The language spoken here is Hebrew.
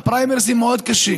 הפריימריז מאוד קשים,